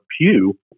pew